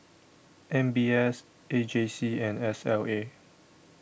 M B S A J C and S L A